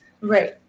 Right